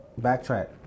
backtrack